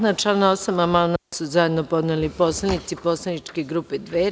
Na član 8. amandman su zajedno podneli poslanici poslaničke grupe Dveri.